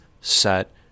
set